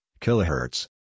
kilohertz